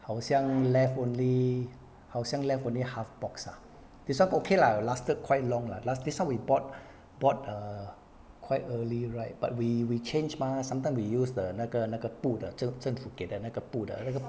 好像 left only 好像 left only half box ah this [one] okay lah lasted quite long lah last this time we bought bought err quite early right but we we change mah sometime we use the 那个那个布的政政府给的那个布的那个